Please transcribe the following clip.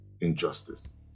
injustice